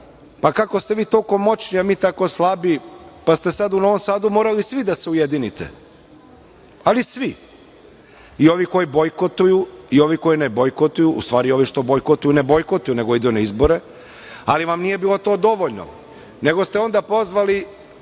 Pa kako ste vi toliko moćni a mi tako slabi, pa ste sad u Novom Sadu morali svi da se ujedinite? Ali, svi, i ovi koji bojkotuju i ovi koji ne bojkotuju. U stvari, ovi što bojkotuju ne bojkotuju, nego idu na izbore ali vam nije to bilo dovoljno, nego ste onda pozvali